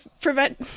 prevent